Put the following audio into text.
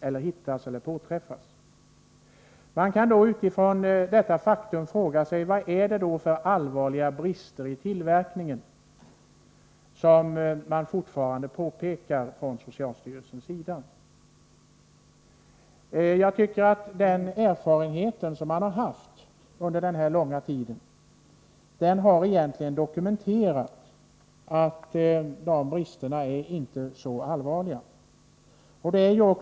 Man kan, med utgångspunkt i detta faktum, fråga sig vad det är för allvarliga brister i tillverkningen som socialstyrelsen fortfarande pekar på. Jag tycker att erfarenheten under denna långa tid egentligen dokumenterat att de bristerna inte är så allvarliga.